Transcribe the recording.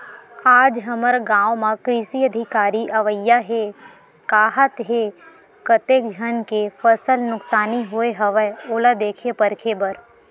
आज हमर गाँव म कृषि अधिकारी अवइया हे काहत हे, कतेक झन के फसल नुकसानी होय हवय ओला देखे परखे बर